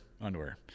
underwear